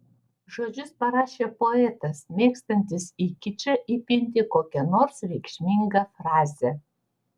žodžius parašė poetas mėgstantis į kičą įpinti kokią nors reikšmingą frazę